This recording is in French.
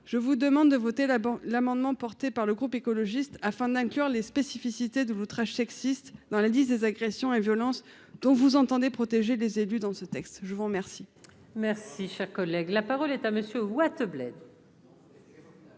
je vous demande de voter d'abord l'amendement porté par le groupe écologiste afin d'inclure les spécificités de l'outrage sexiste dans la liste des agressions et violences dont vous entendez protéger des élus dans ce texte, je vous remercie. Merci, cher collègue, la parole est à monsieur Wattebled.